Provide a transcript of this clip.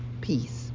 Peace